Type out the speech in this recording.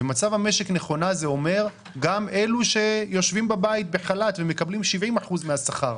מצב המשק נכונה זה אומר גם אלה שיושבים בבית בחל"ת ומקבלים 70% מהשכר.